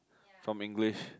from English